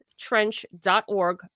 trench.org